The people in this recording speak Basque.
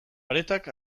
paretak